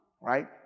right